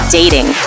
dating